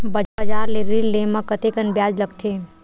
बजार ले ऋण ले म कतेकन ब्याज लगथे?